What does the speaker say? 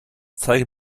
zeige